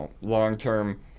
long-term